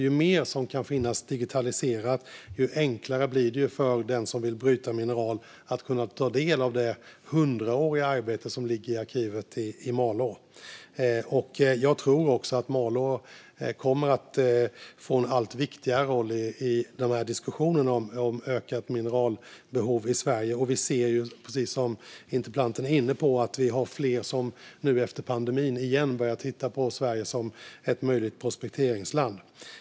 Ju mer som kan finnas digitaliserat, desto enklare blir det för den som vill bryta mineral att ta del av det hundraåriga arbete som ligger i arkivet i Malå. Jag tror också att Malå kommer att få en allt viktigare roll i diskussionerna om ökat mineralbehov i Sverige. Vi ser, precis som interpellanten har varit inne på, att det finns fler som efter pandemin igen har börjat titta på Sverige som ett möjligt prospekteringsland.